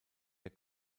der